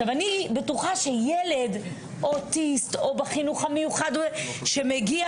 אני בטוחה שילד אוטיסט או בחינוך המיוחד שמגיע